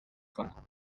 کنم